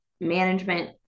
management